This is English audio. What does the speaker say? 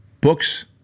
books